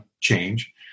change